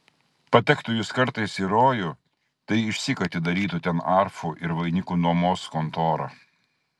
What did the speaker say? patektų jis kartais į rojų tai išsyk atidarytų ten arfų ir vainikų nuomos kontorą